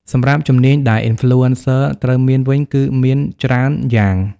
សម្រាប់ជំនាញដែល Influencer ត្រូវមានវិញគឺមានច្រើនយ៉ាង។